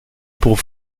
pour